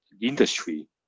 industry